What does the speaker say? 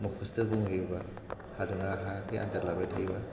मख'स्थ' बुंहोयोबा हादोंना हायाखै आनजाद लाबाय थायोबा